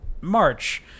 March